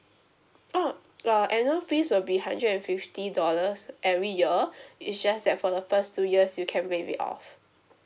oh our annual fees will be hundred and fifty dollars every year it's just that for the first two years you can waive it of